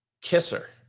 kisser